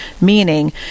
meaning